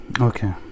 Okay